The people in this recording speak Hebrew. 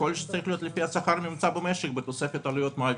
יכול להיות שזה צריך להיות על פי השכר הממוצע במשק בתוספת עלויות מעביד,